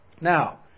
Now